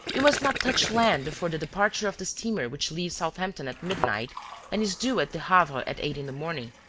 you must not touch land before the departure of the steamer which leaves southampton at midnight and is due at the havre at eight in the morning.